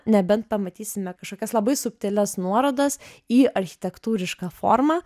nebent pamatysime kažkokias labai subtilias nuorodas į architektūrišką formą